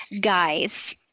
guys